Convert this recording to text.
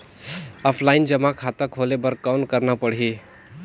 Offline जमा खाता खोले बर कौन करना पड़ही?